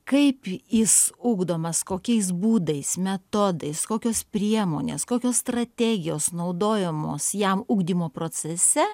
kaip jis ugdomas kokiais būdais metodais kokios priemonės kokios strategijos naudojamos jam ugdymo procese